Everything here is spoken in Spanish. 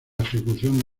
ejecución